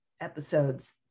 episodes